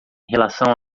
relação